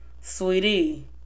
sweetie